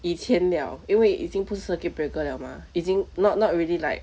以前 liao 因为已经不是 circuit breaker liao mah 已经 not not really like